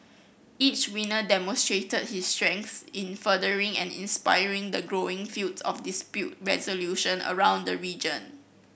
each winner demonstrated his strengths in furthering and inspiring the growing field of dispute resolution around the region